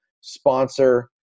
sponsor